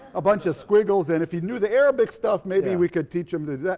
a bunch of squiggles and if he knew the arabic stuff maybe we could teach him to do that.